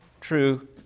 true